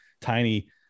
tiny